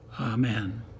Amen